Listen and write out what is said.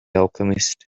alchemist